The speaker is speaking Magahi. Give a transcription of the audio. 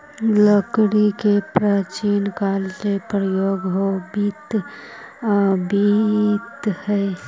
लकड़ी के प्राचीन काल से प्रयोग होवित आवित हइ